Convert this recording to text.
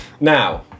Now